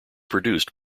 produced